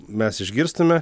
mes išgirstume